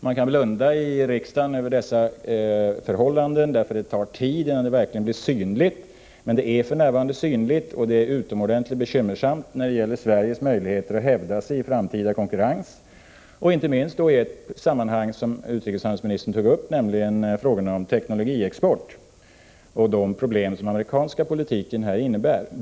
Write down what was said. Man kan blunda i riksdagen för dessa förhållanden, eftersom det tar tid innan de verkligen blir synliga, men de är numera synliga, och det är utomordentligt bekymmersamt för Sveriges möjligheter att hävda sig i framtida konkurrens. Detta gäller inte minst i det sammanhang som utrikeshandelsministern tog upp, nämligen frågorna om teknologiexport och de problem som den amerikanska politiken härvidlag medför.